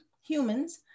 humans